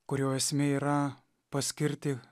kurio esmė yra paskirti